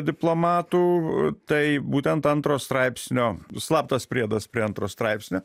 diplomatų tai būtent antro straipsnio slaptas priedas prie antro straipsnio